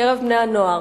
בקרב בני-הנוער,